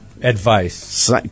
advice